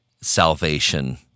salvation